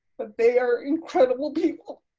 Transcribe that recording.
but they are incredible people.